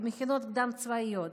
במכינות קדם-צבאיות,